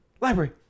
library